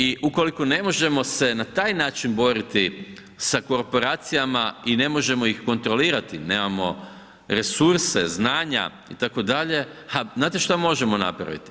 I ukoliko ne možemo se na taj način boriti sa korporacijama i ne možemo ih kontrolirati, nemamo resurse, znanja itd., ha znate šta možemo napraviti?